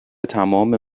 تمام